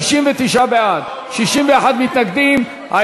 59 בעד, 61 מתנגדים.